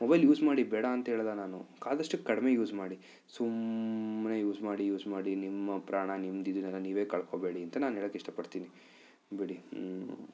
mobile use ಮಾಡಿ ಬೇಡ ಅಂತ ಹೇಳೋಲ್ಲ ನಾನು ಕ ಆದಷ್ಟು ಕಡಿಮೆ ಯೂಸ್ ಮಾಡಿ ಸುಮ್ನೆ ಯೂಸ್ ಮಾಡಿ ಯೂಸ್ ಮಾಡಿ ನಿಮ್ಮ ಪ್ರಾಣ ನಿಮ್ದು ಇದನ್ನೆಲ್ಲ ನೀವೇ ಕಳ್ಕೊಳ್ಬೇಡಿ ಅಂತ ನಾನು ಹೇಳೋಕ್ಕೆ ಇಷ್ಟ ಪಡ್ತೀನಿ ಬಿಡಿ